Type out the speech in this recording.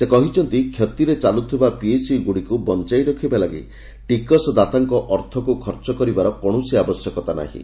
ସେ କହିଛନ୍ତି କ୍ଷତିରେ ଚାଲୁଥିବା ପିଏସ୍ୟୁ ଗୁଡ଼ିକୁ ବଞ୍ଚାଇ ରଖିବା ଲାଗି ଟିକସ ଦାତାଙ୍କ ଅର୍ଥକୁ ଖର୍ଚ୍ଚ କରିବାର କୌଣସି ଆବଶ୍ୟକତା ନାହିଁ